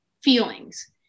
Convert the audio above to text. feelings